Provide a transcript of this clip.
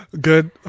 Good